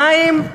מים,